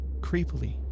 creepily